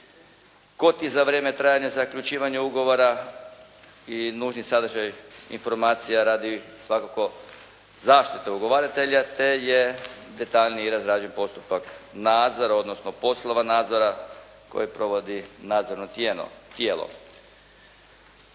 kod i za vrijeme trajanja zaključivanja ugovora i nužni sadržaj informacija radi svakako zaštite ugovaratelja, te je detaljnije i razrađen postupak nadzora, odnosno poslova nadzora koji provodi nadzorno tijelo.